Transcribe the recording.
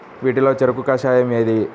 వీటిలో చెరకు కషాయం ఏది?